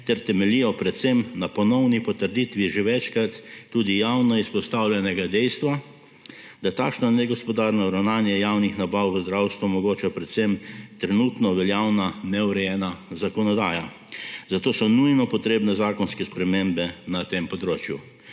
ter temeljijo predvsem na ponovni potrditvi že večkrat tudi javno izpostavljenega dejstva, da takšna negospodarna ravnanja javnih nabav v zdravstvu omogoča predvsem trenutno veljavna neurejena zakonodaja. Zato so nujno potrebne zakonske spremembe na tem področju.